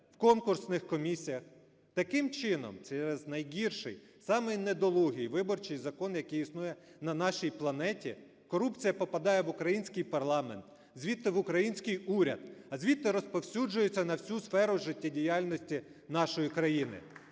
в конкурсних комісіях. Таким чином, через найгірший, самий недолугий виборчий закон, який існує на нашій планеті, корупція попадає в український парламент, звідти в український уряд, а звідти розповсюджується на всю сферу життєдіяльності нашої країни.